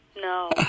No